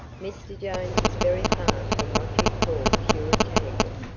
mr. jones is very far from what you'd call puritanical,